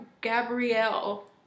Gabrielle